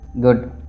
Good